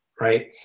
right